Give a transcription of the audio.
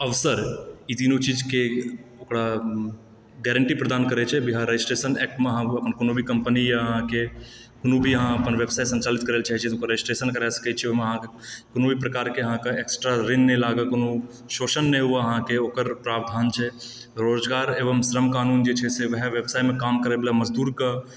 अवसर ई तीनू चीजके ओकरा गारण्टी प्रदान करै छै बिहार रजिस्ट्रेस्शन एक्टमे अहाँ अपन कोनो भी कम्पनी या अहाँकेँ कोनो भी अहाँ अपन व्यवसाय सञ्चालित करए ला चाहै छी रजिस्ट्रेस्शन करा सकै छी ओहिमे अहाँ कोनो भी प्रकारकेँ अहाँकेँ एक्स्ट्रा ऋण नहि लागत कोनो शोषण नहि हुआ अहाँकेँ ओकर प्रावधान छै रोजगार एवं श्रम कानून जे छै से वहाँ व्यवसायमे काम करए वला मजदूरके